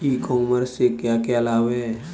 ई commerce के क्या क्या लाभ हैं?